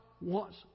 wants